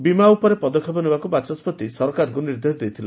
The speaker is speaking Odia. ବୀମା ଉପରେ ପଦକ୍ଷେପ ନେବାକୁ ବାଚସ୍ବତି ସରକାରଙ୍କୁ ନିର୍ଦେଶ ଦେଇଥିଲେ